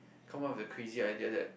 come up with the crazy idea that